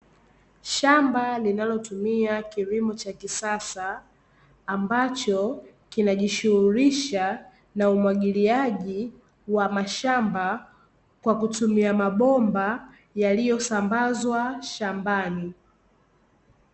Shamba linalotumia kilimo cha kisasa, ambacho kinajishughulisha na umwagiliaji wa mashamba, kwa kutumia mabomba yaliyosambazwa shambani.